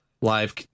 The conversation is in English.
live